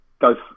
go